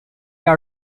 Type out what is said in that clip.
are